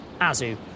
Azu